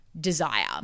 desire